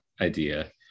idea